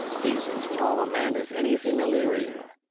he's as tall a man as any's in illyria.